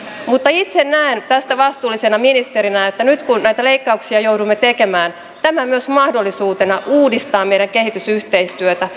mutta itse näen tämän tästä vastuullisena ministerinä nyt kun näitä leikkauksia joudumme tekemään myös mahdollisuutena uudistaa meidän kehitysyhteistyötämme